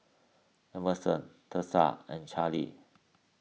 Emerson Tessa and Charly